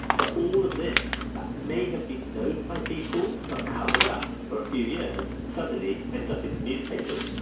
so all of this that may have been known by people but covered up for a few years suddenly ends up in newspapers.